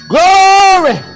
Glory